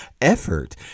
effort